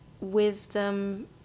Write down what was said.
wisdom